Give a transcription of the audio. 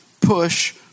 push